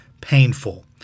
painful